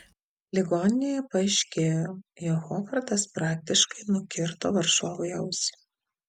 ligoninėje paaiškėjo jog hovardas praktiškai nukirto varžovui ausį